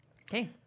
Okay